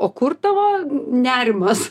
o kur tavo nerimas